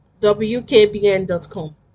wkbn.com